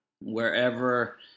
wherever